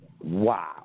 Wow